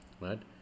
right